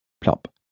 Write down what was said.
Plop